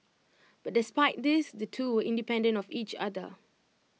but despite this the two were independent of each other